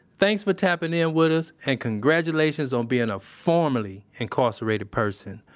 thanks for tapping in with us, and congratulations on being a formerly-incarcerated person.